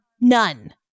none